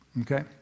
Okay